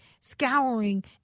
scouring